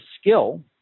skill